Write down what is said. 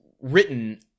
written –